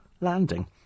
landing